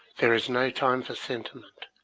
there is no time for sentiment.